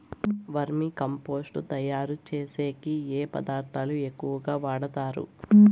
వర్మి compost తయారుచేసేకి ఏ పదార్థాలు ఎక్కువగా వాడుతారు